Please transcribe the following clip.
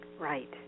Right